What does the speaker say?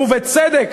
ובצדק.